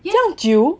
有这样久